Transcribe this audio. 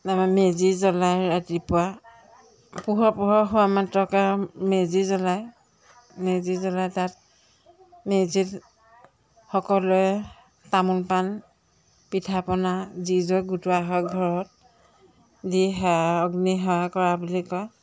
তাৰপৰা মেজি জ্বলাই ৰাতিপুৱা পোহৰ পোহৰ হয় মাত্ৰকে মেজি জ্বলাই মেজি জ্বলাই তাত মেজিত সকলোৱে তামোল পাণ পিঠাপনা যি য'ত গোটোৱা হয় ঘৰত দি সেৱা অগ্নিক সেৱা কৰা বুলি কয়